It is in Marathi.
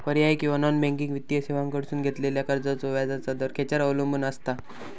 पर्यायी किंवा नॉन बँकिंग वित्तीय सेवांकडसून घेतलेल्या कर्जाचो व्याजाचा दर खेच्यार अवलंबून आसता?